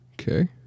Okay